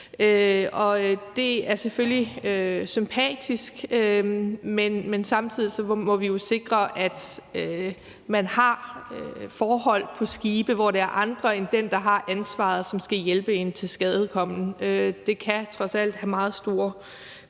det er selvfølgelig sympatisk. Men samtidig må vi jo sikre, at man har forhold på skibe, hvor det er andre end den, der har ansvaret, der skal hjælpe en tilskadekommen. Det kan trods alt have meget store konsekvenser,